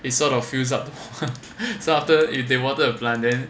it's sort of fills up so after if they water the plant